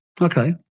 okay